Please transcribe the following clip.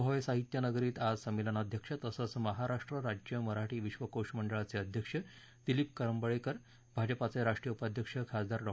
भावे साहित्य नगरीत आज संमेलनाध्यक्ष तथा महाराष्ट्र राज्य मराठी विश्वकोश मंडळाचे अध्यक्ष दिलीप करंबेळकर भाजपाचे राष्ट्रीय उपाध्यक्ष खासदार डॉ